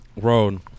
road